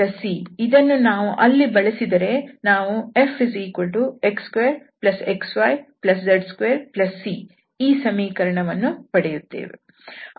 hz2c ಇದನ್ನು ನಾವು ಅಲ್ಲಿ ಬಳಸಿದರೆ ನಾವು fx2xyz2c ಈ ಸಮೀಕರಣವನ್ನು ಪಡೆಯುತ್ತೇವೆ